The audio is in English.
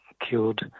killed